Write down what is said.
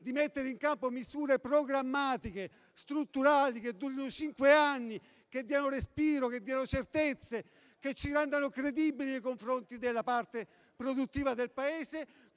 di mettere in campo misure programmatiche, strutturali, che durino cinque anni, che diano respiro e certezze, che ci rendano credibili nei confronti della parte produttiva del Paese